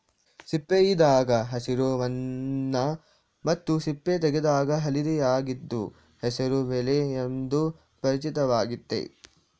ಸಿಪ್ಪೆಯಿದ್ದಾಗ ಹಸಿರು ಬಣ್ಣ ಮತ್ತು ಸಿಪ್ಪೆ ತೆಗೆದಾಗ ಹಳದಿಯಾಗಿದ್ದು ಹೆಸರು ಬೇಳೆ ಎಂದು ಪರಿಚಿತವಾಗಯ್ತೆ